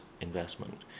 investment